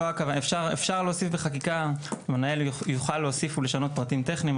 אפשר להוסיף בחקיקה "המנהל יוכל להוסיף ולשנות פרטים טכניים",